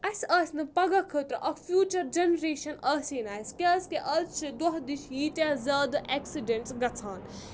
اَسہِ آسہِ نہٕ پَگہہ خٲطرٕ اکھ فیوٗچَر جَنریشَن آسہِ نہٕ اَسہِ کیازکہِ اَز چھِ دۄہ دِش ییٖتیٛاہ زیادٕ ایٚکسِڈؠنٛٹٕس گژھان